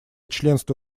членство